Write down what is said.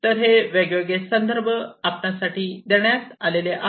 तर हे वेगवेगळे संदर्भ आहेत